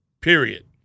Period